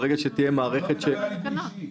ברגע שתהיה מערכת --- אני לא מדבר על ייבוא אישי.